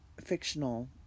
fictional